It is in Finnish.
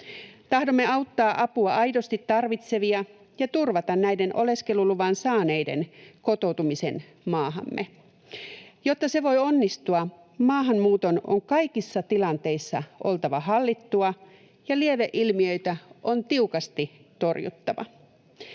Tahdomme auttaa apua aidosti tarvitsevia ja turvata näiden oleskeluluvan saaneiden kotoutumisen maahamme. Jotta se voi onnistua, maahanmuuton on kaikissa tilanteissa oltava hallittua ja lieveilmiöitä on tiukasti torjuttava.